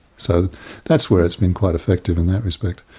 so that's where it's been quite effective in that respect.